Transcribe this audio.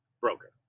broker